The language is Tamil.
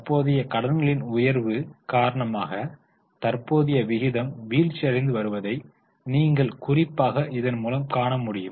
தற்போதைய கடன்களின் உயர்வு காரணமாக தற்போதைய விகிதம் வீழ்ச்சியடைந்து வருவதை நீங்கள் குறிப்பாகக் இதன்முலம் காண முடியும்